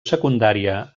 secundària